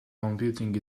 computing